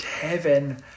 heaven